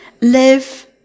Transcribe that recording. Live